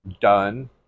done